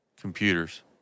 computers